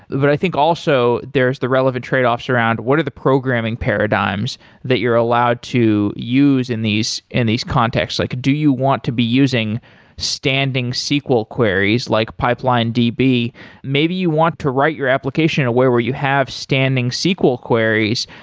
but i think also there's the relevant trade-offs around what are the programming paradigms that you're allowed to use in these in these contexts? like do you want to be using standing sql queries like pipelinedb? maybe you want to write your application in a way where you have standing sql queries,